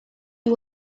you